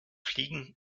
fliegen